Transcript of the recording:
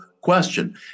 question